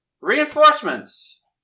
reinforcements